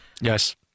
Yes